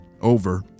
Over